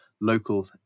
local